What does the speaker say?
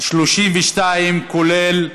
סעיף 32, כולל.